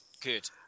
good